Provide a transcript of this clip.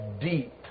deep